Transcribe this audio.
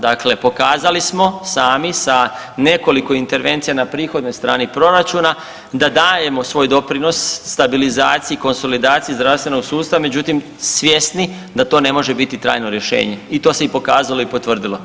Dakle, pokazali smo sami sa nekoliko intervencija na prihodnoj strani proračuna da dajemo svoj doprinos stabilizaciji, konsolidaciji zdravstvenog sustava međutim svjesni da to ne može biti trajno rješenje i to se i pokazalo i potvrdilo.